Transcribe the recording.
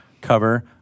cover